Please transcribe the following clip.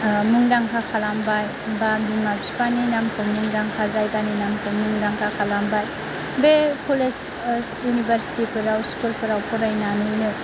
मुंदांखा खालामबाय बा बिमा बिफानि नामखौ मुंदांखा जायगानि नामखौ मुंदांखा खालमबाय बे कलेज इउनिभारसिटि फोराव स्कुल फोराव फरायनानैनो